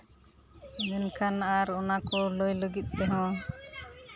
ᱢᱮᱱᱠᱷᱟᱱ ᱟᱨ ᱚᱱᱟᱠᱚ ᱞᱟᱹᱭ ᱞᱟᱹᱜᱤᱫ ᱛᱮᱦᱚᱸ